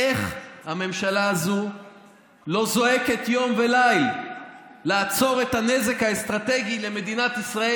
איך הממשלה הזו לא זועקת יום וליל לעצור את הנזק האסטרטגי למדינת ישראל?